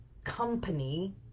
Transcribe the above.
company